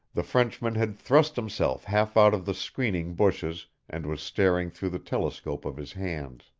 the frenchman had thrust himself half out of the screening bushes and was staring through the telescope of his hands.